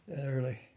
early